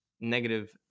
negative